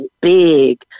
big